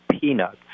peanuts